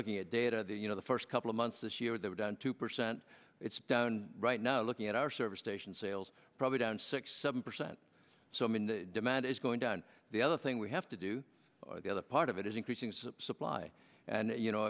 looking at data you know the first couple of months this year they were down two percent it's down right now looking at our service station sales probably down six seven percent so i mean the demand is going down the other thing we have to do the other part of it is increasing supply and you know